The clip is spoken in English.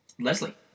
Leslie